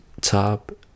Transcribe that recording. top